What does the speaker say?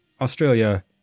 Australia